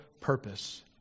purpose